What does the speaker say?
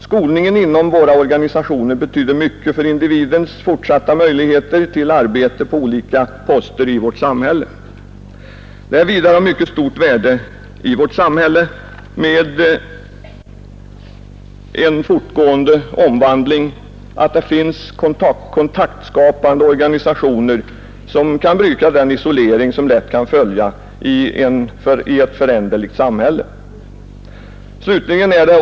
Skolningen inom våra organisationer betyder mycket för individens fortsatta möjligheter till arbete på olika poster i vårt samhälle. Det är vidare av mycket stort värde att vi har kontaktskapande organisationer som kan bryta den isolering vilken lätt uppstår i ett föränderligt samhälle som vårt.